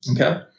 Okay